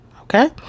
Okay